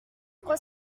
crois